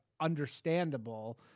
understandable